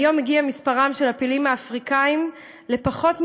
היום הגיע מספרם של הפילים האפריקניים לפחות מ-400,000.